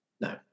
no